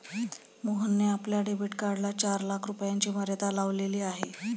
मोहनने आपल्या डेबिट कार्डला चार लाख रुपयांची मर्यादा लावलेली आहे